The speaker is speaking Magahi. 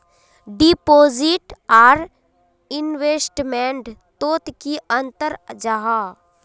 डिपोजिट आर इन्वेस्टमेंट तोत की अंतर जाहा?